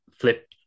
flip